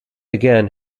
again